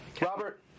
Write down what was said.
Robert